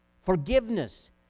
forgiveness